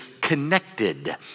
connected